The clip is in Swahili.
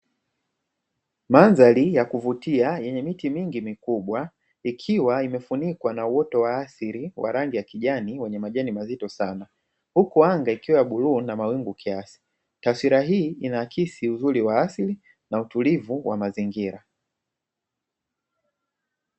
Mandhari ya kuvutia yenye miti mingi mikubwa ikiwa imefunikwa na uoto wa asili wa rangi ya kijani yenye majani mazito sana, huku anga ikiwa ya bluu na mawingu kiasi. Taswira hii inaakisi uzuri wa asili na utulivu wa mazingira.